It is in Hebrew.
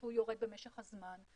שהוא שיורד במשך הזמן.